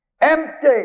empty